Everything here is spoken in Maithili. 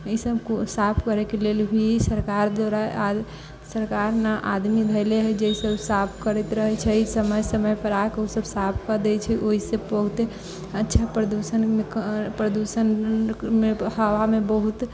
ईसभ साफ करयके लेल भी सरकार दुआरा सरकार न आदमी धैले हइ जेसभ साफ करैत रहैत छै समय समयपर आके ओ सभ साफ कऽ दैत छै ओहिसँ बहुते अच्छा प्रदूषणमे प्रदूषणमे हवामे बहुत